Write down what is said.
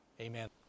Amen